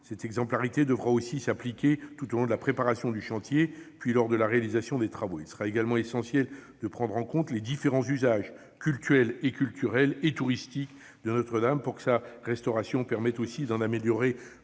Cette exemplarité devra aussi s'appliquer tout au long de la préparation du chantier, puis lors de la réalisation des travaux. Il sera également essentiel de prendre en compte les différents usages cultuels, culturels et touristiques de Notre-Dame pour que sa restauration permette d'améliorer